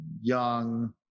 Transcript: young